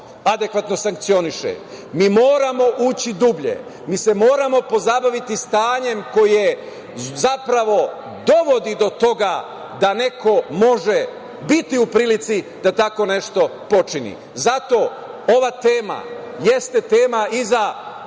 adekvatno sankcioniše. Mi moramo ući dublje. Mi se moramo pozabaviti stanjem koje zapravo dovodi do toga da neko može biti u prilici da tako nešto počini. Zato ova tema jeste tema i za